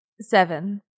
Seven